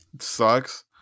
sucks